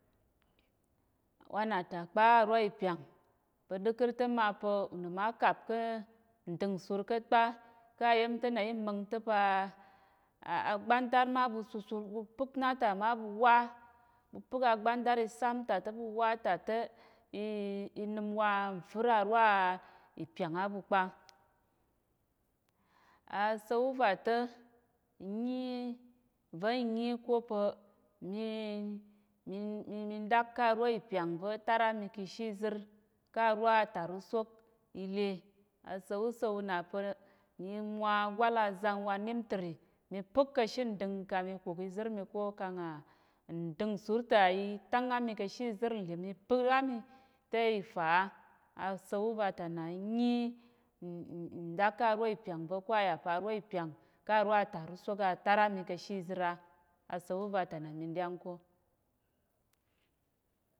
Wanata kpa arwa ipyang pa̱ ɗəkər tə mapa̱ unəm akap ka̱ ndingsur ka̱tkpa kayem təna imengtə pa abantar maɓu susur ɓu pəkna tama ɓuwa ɓupək abantar isam tate ɓuwa tatə inim wa nfir arwa a ipyang aɓu kpa. asawu vatə nyi va̱ nyi kopa̱ mi ɗak ka rwa ipyang va̱ tar ami kishi zir ka rwa atakrusok ile asowu sowu napa̱ mi mo agwal azang wa nimtree mi pək kashin nding kami kuk izir miko kang a ndingsur ta itang ami ka̱shizir nlim ipək ami te ifa a asowu vatana nyi nɗak ka rwa ipyang va̱ ko ayapa̱ arwa ipyang ka rwa atakrusok atar ami kishizir a asowu vatana mi ɗyangko.